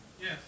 Yes